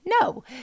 No